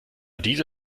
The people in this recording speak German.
diese